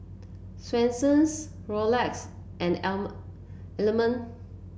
Swensens Rolex and Element